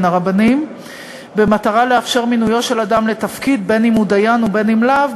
הרבניים במטרה לאפשר מינויו של אדם לתפקיד בין שהוא דיין ובין שלאו,